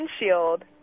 windshield